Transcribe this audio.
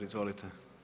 Izvolite.